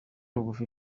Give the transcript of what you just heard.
bugufi